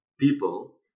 people